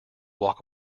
walk